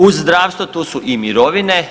Uz zdravstvo tu su i mirovine.